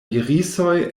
irisoj